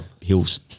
hills